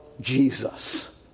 Jesus